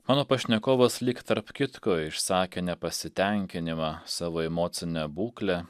mano pašnekovas lyg tarp kitko išsakė nepasitenkinimą savo emocine būkle